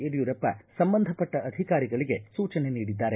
ಯಡಿಯೂರಪ್ಪ ಸಂಬಂಧಪಟ್ಟ ಅಧಿಕಾರಿಗಳಿಗೆ ಸೂಚನೆ ನೀಡಿದ್ದಾರೆ